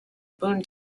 boom